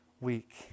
week